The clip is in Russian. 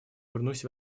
вернусь